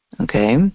Okay